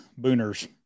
booners